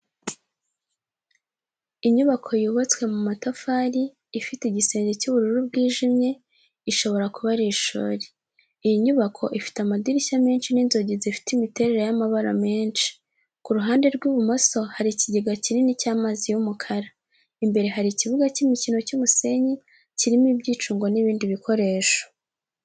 Inyubako yubatswe mu ma tafari, ifite igisenge cy'ubururu bwijimye, ishobora kuba ari ishuri. Iyi nyubako ifite amadirishya menshi n'inzugi zifite imiterere y'amabara menshi. Ku ruhande rw'ibumoso hari ikigega kinini cy'amazi y'umukara. Imbere hari ikibuga cy'imikino cy'umusenyi, kirimo ibyicungo n'ibindi bikoresho.